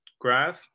graph